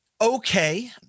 okay